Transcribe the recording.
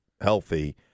healthy